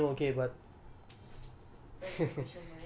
ya so like ya